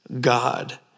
God